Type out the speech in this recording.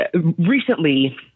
recently